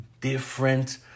different